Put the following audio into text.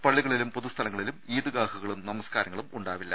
പള്ളികളിലും പൊതുസ്ഥലങ്ങളിലും ഇൌദ്ഗാഹുകളും നമസ്കാരങ്ങളും ഉണ്ടാവില്ല